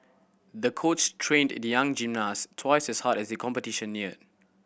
the coach trained the young gymnast twice as hard as competition neared